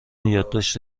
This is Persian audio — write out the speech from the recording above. یادداشت